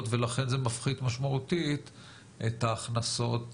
ולכן זה מפחית משמעותית את ההכנסות.